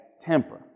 temper